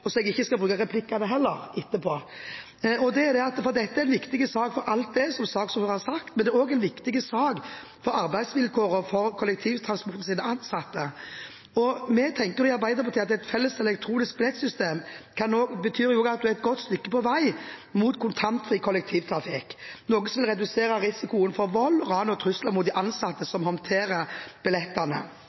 har på bordet. Jeg skal ikke si så mye mer om dette, for jeg synes representanten Godskesen sa det veldig godt. Men det er to ting som jeg tenkte jeg kanskje ville spørre statsråden om, slik at jeg ikke bruker replikkene etterpå. Dette er en viktig sak for alt det saksordføreren har nevnt, men det er også en viktig sak for arbeidsvilkårene for kollektivtransportens ansatte. I Arbeiderpartiet tenker vi at et felles elektronisk billettsystem også betyr at en er et godt stykke på vei mot kontantfri kollektivtrafikk, noe som vil redusere risikoen for